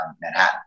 Manhattan